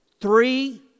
three